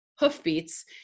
hoofbeats